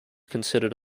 considered